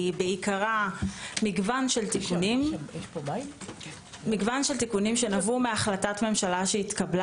בעיקרה מגוון של תיקונים משלימים שנבעו מהחלטת ממשלה שהתקבלה